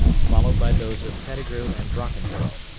followed by those of pettigrew and brockenborough.